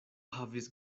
havis